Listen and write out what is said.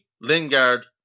Lingard